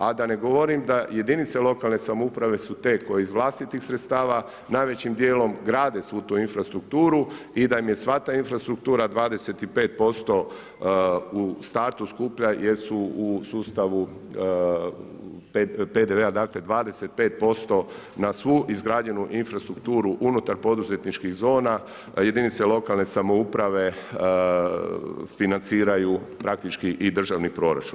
A da ne govorim da jedinice lokalne samouprave su te koje iz vlastitih sredstava najvećim dijelom grade svu tu infrastrukturu i da im je sva ta infrastruktura 25% u startu skuplja jer su u sustavu PDV-a dakle 25% na svu izgrađenu infrastrukturu unutar poduzetničkih zona jedinice lokalne samouprave financiraju praktički i državni proračun.